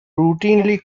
routinely